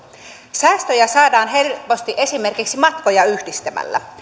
säästöjä saadaan helposti esimerkiksi matkoja yhdistämällä